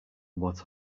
what